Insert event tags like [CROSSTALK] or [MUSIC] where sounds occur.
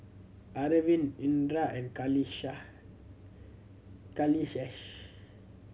Arvind Indira and [UNINTELLIGIBLE] Kailash